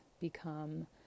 become